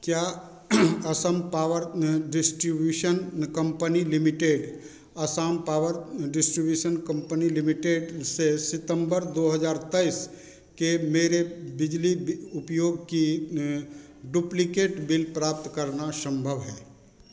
क्या Assam power distribution company limited Assam power distribution company limited से सितम्बर दो हज़ार तेइस के मेरे बिजली उपयोग की डुप्लिकेट बिल प्राप्त करना सम्भव है